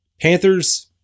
Panthers